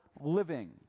living